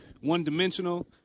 one-dimensional